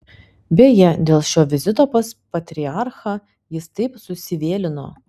beje dėl šio vizito pas patriarchą jis taip susivėlino